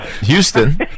Houston